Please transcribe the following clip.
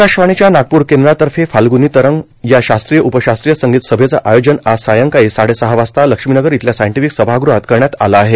आकाशवाणीच्या नागपूर केंद्रातर्फे फाल्ग्रनी तरंग या शास्त्रीय उपशास्त्रीय संगीत सभेचं आयोजन आज सायंकाळी साडेसहा वाजता लक्ष्मीनगर इथल्या सायंटिफिक सभाग्रहात करण्यात आलं आहे